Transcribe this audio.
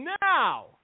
now